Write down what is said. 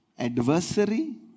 Adversary